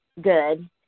good